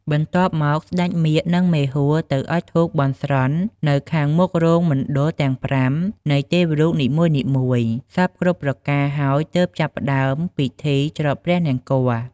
បន្ទាប់មក ស្ដេចមាឃ និង មេហួរ ទៅអុចធូបបន់ស្រន់ នៅខាងមុខរោងមណ្ឌលទាំង៥ នៃទេវរូបនីមួយៗ សព្វគ្រប់ប្រការហើយទើបចាប់ផ្ដើមពីធីច្រត់ព្រះនង្គ័ល។